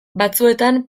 batzuetan